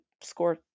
score